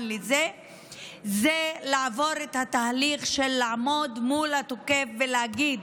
לזה זה לעבור את התהליך של לעמוד מול התוקף ולהגיד: